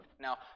Now